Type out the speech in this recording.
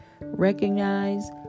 recognize